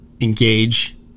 engage